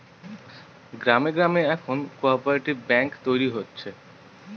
গ্রামে গ্রামে এখন কোঅপ্যারেটিভ ব্যাঙ্ক তৈরী হচ্ছে